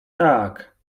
tak